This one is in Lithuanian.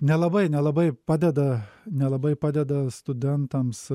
nelabai nelabai padeda nelabai padeda studentams